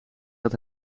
dat